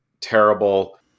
terrible